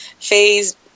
phase